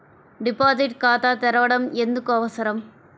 Deposit ఖాతా తెరవడం ఎందుకు అవసరం?